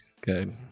good